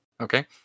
Okay